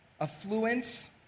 affluence